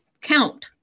count